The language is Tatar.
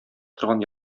торган